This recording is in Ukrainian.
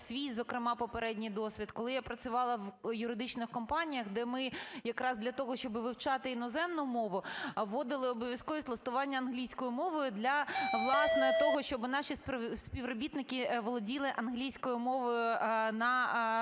свій, зокрема, попередній досвід, коли я працювала в юридичних компаніях, де ми якраз для того, щоби вивчати іноземну мову, вводили обов'язковість листування англійською мовою для, власне, того, щоби наші співробітники володіли англійською мовою на